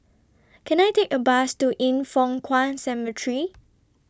Can I Take A Bus to Yin Foh Kuan Cemetery